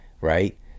right